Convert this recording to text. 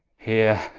here,